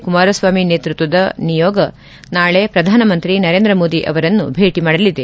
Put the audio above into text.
ಕುಮಾರಸ್ವಾಮಿ ನೇತೃತ್ವದ ನಿಯೋಗ ನಾಳೆ ಪ್ರಧಾನಮಂತ್ರಿ ನರೇಂದ್ರ ಮೋದಿ ಅವರನ್ನು ಭೇಟಿ ಮಾಡಿಲಿದೆ